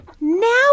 now